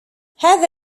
هذا